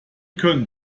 können